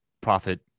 profit